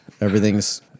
everything's